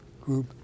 group